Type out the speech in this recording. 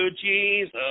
Jesus